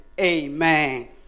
Amen